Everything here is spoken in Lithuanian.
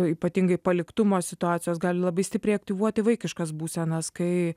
ypatingai paliktumo situacijos gali labai stipriai aktyvuoti vaikiškas būsenas kai